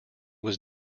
was